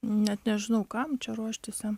net nežinau kam čia ruoštis jam